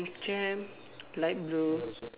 mm chair light blue